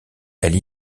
elle